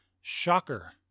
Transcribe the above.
Shocker